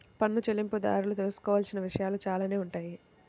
పన్ను చెల్లింపుదారులు తెలుసుకోవాల్సిన విషయాలు చాలానే ఉంటాయి